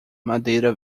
madeira